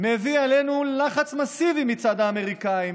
מביא עלינו לחץ מסיבי מצד האמריקאים